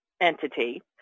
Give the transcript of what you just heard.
entity